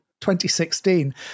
2016